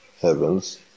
heavens